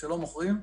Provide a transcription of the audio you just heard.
כשלא מוכרים,